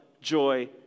joy